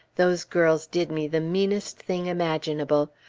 those girls did me the meanest thing imaginable.